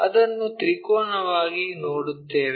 ಅದನ್ನು ತ್ರಿಕೋನವಾಗಿ ನೋಡುತ್ತೇವೆ